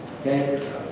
okay